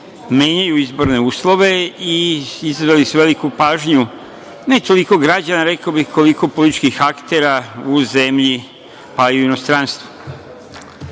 menjaju izborne uslove i izveli su veliku pažnju ne toliko građana, rekao bih, koliko političkih aktera u zemlji, ali i u inostranstvu. Ja